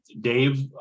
Dave